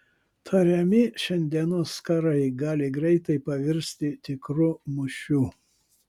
tariami šiandienos karai gali greitai pavirsti tikru mūšiu